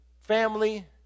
family